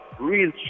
real